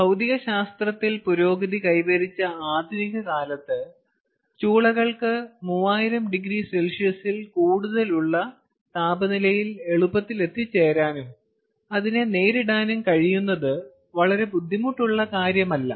ഭൌതികശാസ്ത്രത്തിൽ പുരോഗതി കൈവരിച്ച ആധുനിക കാലത്ത് ചൂളകൾക്ക് 3000oC ൽ കൂടുതലുള്ള താപനിലയിൽ എളുപ്പത്തിൽ എത്തിച്ചേരാനും അതിനെ നേരിടാനും കഴിയുന്നത് വളരെ ബുദ്ധിമുട്ടുള്ള കാര്യമല്ല